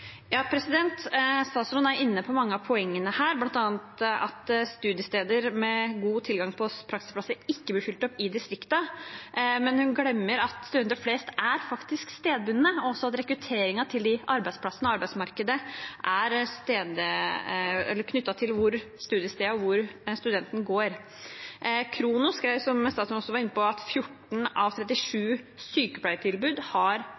Statsråden er inne på mange av poengene her, bl.a. at studiesteder med god tilgang på praksisplasser ikke blir fylt opp i distriktet, men hun glemmer at studenter flest faktisk er stedbundne, og at rekrutteringen til disse arbeidsplassene og til arbeidsmarkedet er knyttet til hvor studiestedet er, og hvor studenten går. Khrono skrev nå på søndag – som også statsråden var inne på – at 14 av 37 sykepleierutdanningstilbud har